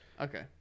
Okay